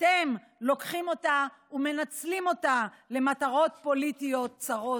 אתם לוקחים אותה ומנצלים אותה למטרות פוליטיות צרות.